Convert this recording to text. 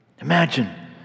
Imagine